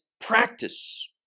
practice